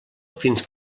fins